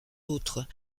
autres